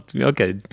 okay